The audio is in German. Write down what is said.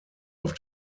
auf